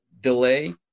delay